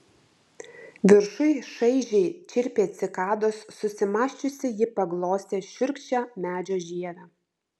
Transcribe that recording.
viršuj šaižiai čirpė cikados susimąsčiusi ji paglostė šiurkščią medžio žievę